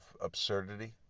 absurdity